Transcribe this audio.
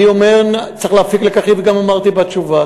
אני אומר, צריך להפיק לקחים, וגם אמרתי בתשובה.